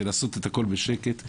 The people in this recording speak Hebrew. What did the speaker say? לעשות הכול בשקט,